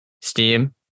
Steam